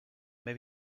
may